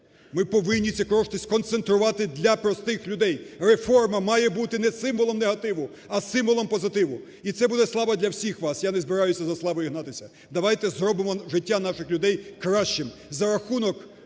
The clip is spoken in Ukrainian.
Ми повинні ці кошти сконцентрувати для простих людей. Реформа має бути не символом негативу, а символом позитиву. І це буде слава для всіх вас, я не збираюся за славою гнатися. Давайте зробимо життя наших людей кращим за рахунок